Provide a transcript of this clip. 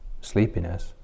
sleepiness